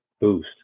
boost